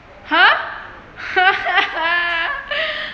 !huh!